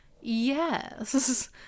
yes